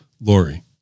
Lori